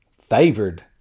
favored